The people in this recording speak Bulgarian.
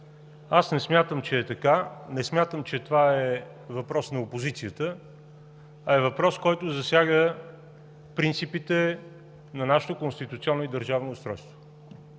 Аз не смятам, че е така – не смятам, че това е въпрос на опозицията, а е въпрос, който засяга принципите на нашето конституционно и държавно устройство.